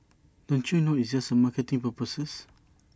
don't you know it's just for marketing purposes